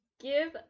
give